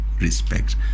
respect